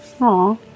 Aw